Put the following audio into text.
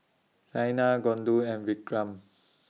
Saina Gouthu and Vikram